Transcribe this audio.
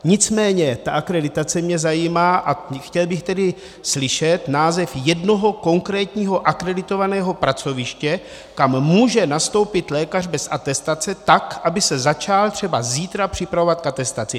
Nicméně akreditace mě zajímá a chtěl bych tedy slyšet název jednoho konkrétního akreditovaného pracoviště, kam může nastoupit lékař bez atestace tak, aby se začal třeba zítra připravovat k atestaci.